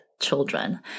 children